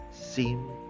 seem